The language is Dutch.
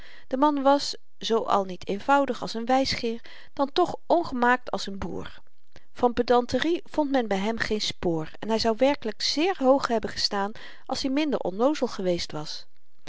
de man was zoo al niet eenvoudig als n wysgeer dan toch ongemaakt als n boer van pedanterie vond men by hem geen spoor en hy zou werkelyk zéér hoog hebben gestaan als i minder onnoozel geweest was